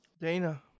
Dana